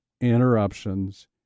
interruptions